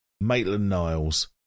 Maitland-Niles